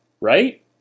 right